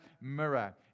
Mirror